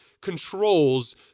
controls